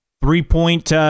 three-point